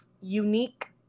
unique